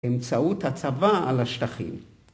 באמצעות הצבא על השטחים